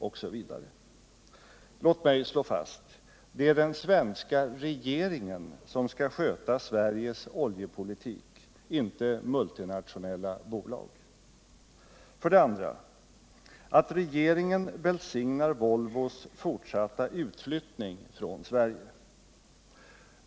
Men låt mig slå fast: Det är den svenska regeringen som skall sköta Sveriges oljepolitik, inte multinationella bolag. 2. Att regeringen välsignar Volvos fortsatta utflyttning från Sverige.